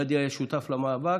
גדי היה שותף למאבק,